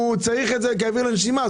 צריך את זה כאוויר לנשימה.